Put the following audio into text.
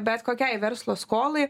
bet kokiai verslo skolai